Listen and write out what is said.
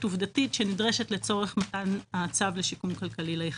עובדתית שנדרשת לצורך מתן הצו לשיקום כלכלי ליחיד.